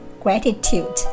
gratitude